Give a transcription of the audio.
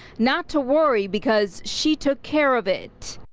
not to worry because she took care of it.